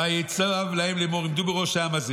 ויצו להם לאמור: עמדו בראש העם הזה